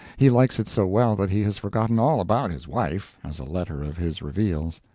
he likes it so well that he has forgotten all about his wife, as a letter of his reveals.